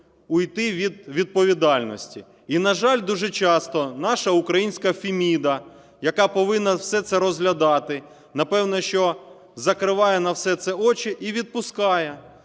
уйти від відповідальності. І, на жаль, дуже часто наша українська Феміда, яка повинна все це розглядати, напевно, що закриває на все це очі і відпускає